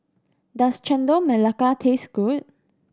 does Chendol Melaka taste good